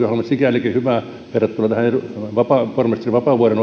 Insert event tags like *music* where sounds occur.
*unintelligible* on sikälikin hyvä verrattuna pormestari vapaavuoren *unintelligible*